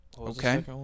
Okay